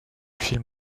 film